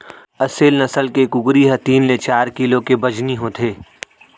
असेल नसल के कुकरी ह तीन ले चार किलो के बजनी होथे